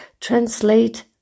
translate